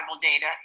data